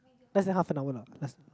less than half an hour lah less